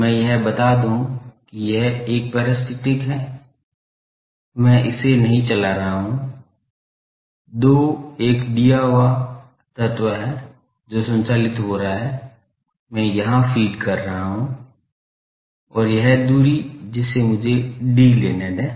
तो मैं यह बता दूं कि यह 1 पैरासाइट है मैं इसे नहीं चला रहा हूं 2 एक दिया हुआ तत्व है जो संचालित हो रहा है मैं यहां फीड कर रहा हूं और यह दुरी जिसे मुझे 'd' लेने दें